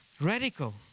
Radical